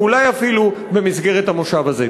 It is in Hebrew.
ואולי אפילו במסגרת המושב הזה.